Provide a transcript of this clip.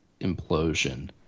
implosion